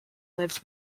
lived